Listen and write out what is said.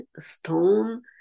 stone